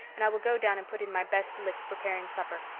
and i will go down and put in my best licks preparing supper.